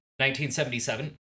1977